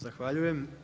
Zahvaljujem.